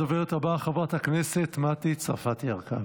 הדוברת הבאה, חברת הכנסת מטי צרפתי הרכבי.